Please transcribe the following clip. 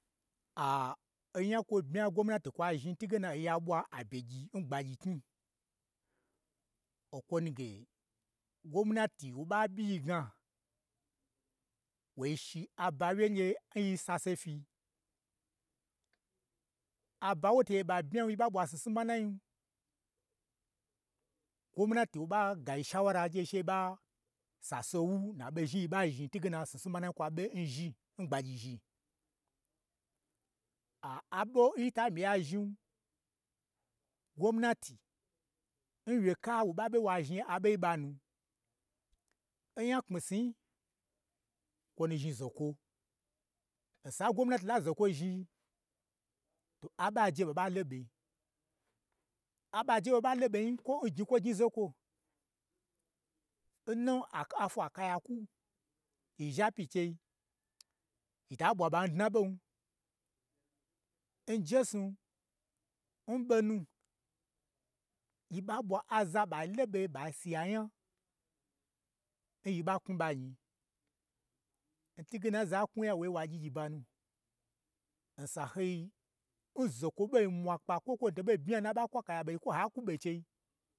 onya kwo bmya gwomnata zhni n tungna oya ɓwa abyegyi ngba gyi knyi, o kwonu ge gwomnati wo ɓa ɓyiyi gna, wo shi aba wye ngye nyi sase fyi, aba n woto gye ɓa bmyan nyi ɓa ɓwa sese manain gwamnati ɓa ga yi shaura n gye sheyi ɓa sase nwu, n na ɓo zhnii, nyi ɓa zhni n twuge na sese manai kwa ɓe nzhi, ngbagyi zhi aɓo nyita myi ya zhnin, gwomnati, n wyeka wo ɓa ɓe wazhi aɓoi n ɓanu, onya lemisniyi, kwo no zhni zokwo, osa ngwomnati la zokwo zhnii, to aɓo aje ɓa ɓa loɓe, aɓe ajen ɓa ɓa lo ɓonyi kwo n gnyi kwo gnyi zokwo, n nuna fwa kaya kwu, yi zaha pyi n chei, yita ɓwa ɓa n dnaɓon, njesnu, n ɓonu, yiɓa ɓwa aza ɓa loɓe ɓasi ya nya nyi ɓa knwu ɓa nyi, n twuge nan za knwu ya woye wa gyiba nu, nsahoi, n zo kwo ɓo mwa kpa, kwo kwo to ɓo bmyan n na ɓa kwa kaya ɓeyi, kwo a kwu ɓe n chei.